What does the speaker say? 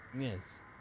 Yes